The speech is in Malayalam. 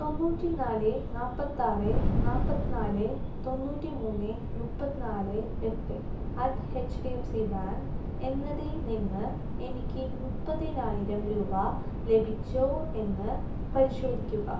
തൊണ്ണൂറ്റിനാല് നാൽപ്പത്താറ് നാൽപ്പത്തിനാല് തൊണ്ണൂറ്റിമൂന്ന് നാൽപ്പത്തിനാല് എട്ട് അറ്റ് എച്ച്ഡിഎഫ്സി ബാങ്ക് എന്നതിൽ നിന്ന് എനിക്ക് മുപ്പതിനായിരം രൂപ ലഭിച്ചോ എന്ന് പരിശോധിക്കുക